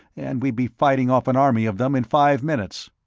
and we'd be fighting off an army of them in five minutes.